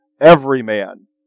everyman